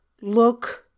look